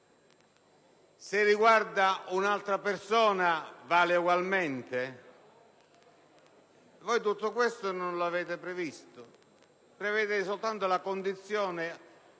Se riguarda un'altra persona, vale ugualmente? Voi tutto questo non lo avete previsto. Prevedete soltanto la condizione